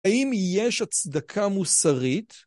האם יש הצדקה מוסרית?